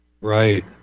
Right